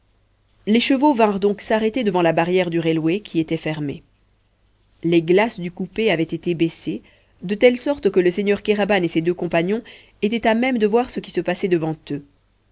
les chevaux vinrent donc s'arrêter devant la barrière du railway qui était fermée les glaces du coupé avaient été baissées de telle sorte que le seigneur kéraban et ses deux compagnons étaient à même de voir ce qui se passait devant eux